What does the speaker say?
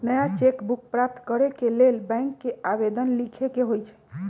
नया cheque book प्राप्त करेके लेल बैंक के आवेदन लीखे के होइ छइ